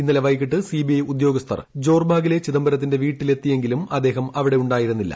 ഇന്നലെ വൈകിട്ട് സിബിഐ ഉദ്യോഗസ്ഥർ ജോർബാഗിലെ ചിദംബരത്തിന്റെ വീട്ടിലെത്തിയെങ്കിലും അദ്ദേഹം അവിടെ ഉണ്ടായിരുന്നില്ല